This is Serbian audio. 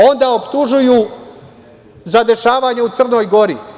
Optužuju za dešavanja u Crnoj Gori.